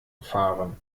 fahren